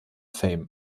fame